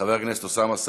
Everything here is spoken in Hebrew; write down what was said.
חבר הכנסת אוסאמה סעדי,